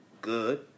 good